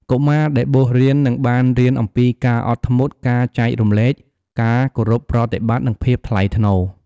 កុមារ ដែលបួសរៀននឹងបានរៀនអំពីការអត់ធ្មត់ ការចែករំលែក ការគោរពប្រតិបត្តិ និងភាពថ្លៃថ្នូរ។